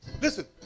Listen